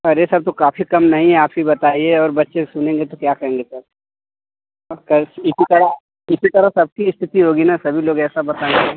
अरे सर तो काफी कम नहीं है आप ही बताइए और बच्चे सुनेंगे तो क्या कहेंगे सर इसी तरह इसी तरह सबकी स्थिति होगी न सभी लोग ऐसा बताएँगे